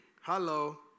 Hello